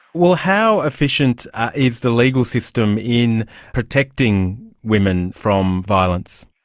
well, how efficient is the legal system in protecting women from violence?